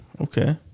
Okay